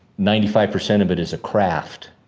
ninety five percent of it is a craft.